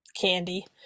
candy